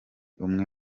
umwe